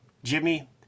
Jimmy